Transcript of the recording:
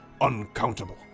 uncountable